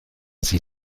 sie